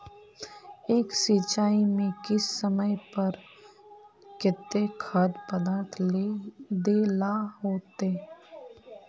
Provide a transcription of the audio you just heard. एक सिंचाई में किस समय पर केते खाद पदार्थ दे ला होते?